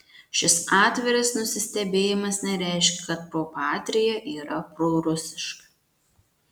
šis atviras nusistebėjimas nereiškia kad pro patria yra prorusiška